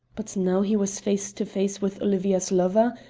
but now he was face to face with olivia's lover,